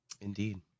Indeed